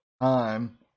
time